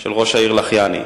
של ראש העיר לחיאני.